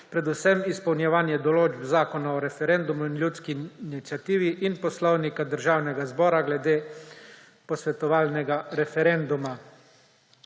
predvsem izpolnjevanje določb Zakona o referendumu in ljudski iniciativi in Poslovnika Državnega zbora glede posvetovalnega referenduma.